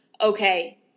okay